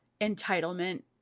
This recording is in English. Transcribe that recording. entitlement